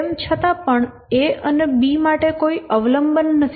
તેમ છતાં પણ A અને B માટે કોઈ અવલંબન નથી